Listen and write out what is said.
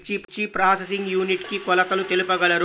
మిర్చి processing unit కి కొలతలు తెలుపగలరు?